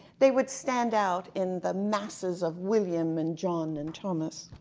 they would stand out in the masses of william and john and thomas.